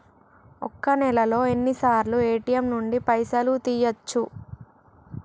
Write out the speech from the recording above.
ఒక్క నెలలో ఎన్నిసార్లు ఏ.టి.ఎమ్ నుండి పైసలు తీయచ్చు?